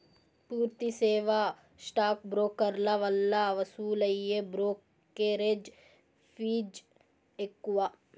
పూర్తి సేవా స్టాక్ బ్రోకర్ల వల్ల వసూలయ్యే బ్రోకెరేజ్ ఫీజ్ ఎక్కువ